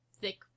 thick